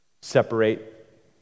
separate